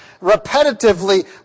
repetitively